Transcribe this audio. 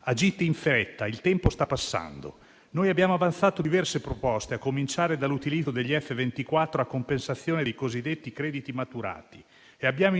Agite in fretta, il tempo sta passando. Noi abbiamo avanzato diverse proposte, a cominciare dall'utilizzo degli F24 a compensazione dei cosiddetti crediti maturati. Abbiamo